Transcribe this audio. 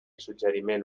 suggeriment